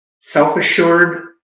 self-assured